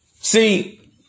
See